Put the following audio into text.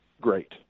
great